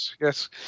Yes